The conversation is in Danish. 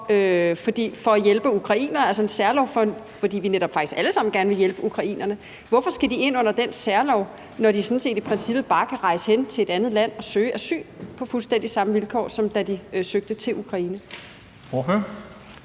om at hjælpe ukrainerne – altså en særlov, fordi vi faktisk alle sammen gerne vil hjælpe ukrainerne. Men hvorfor skal de ind under den særlov, når de i princippet sådan set bare kan rejse hen til et andet land og søge asyl på fuldstændig samme vilkår, som da de søgte til Ukraine?